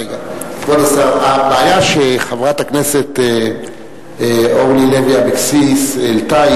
הבעיה שחברת הכנסת אורלי לוי אבקסיס העלתה היא